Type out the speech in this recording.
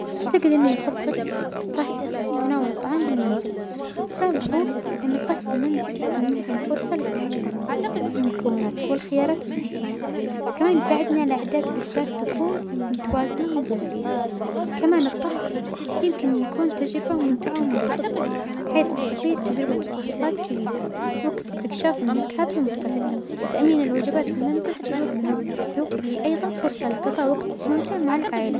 أعتجد إنى أفظل الطهى وتناول الطعام بالمنزل، السبب هو أن الطهى في المنزل يمنحنى الفرصة للتحكم في المكونات والخيارات الصحية، كمان يساعدنى على إعداد وجبات تكون متوازنة ومغذية، كمان الطهى يمكن يكون تجربة ممتعة ومريحة، حيث أستطيع تجربة وصفات جديدة، واكس-استكشاف النكهات المختلفة، و تأمين للوجبات في المنزل يوفرل-يوفر لى أيظا فرصة لقظاء وجت ممتع مع العائلة.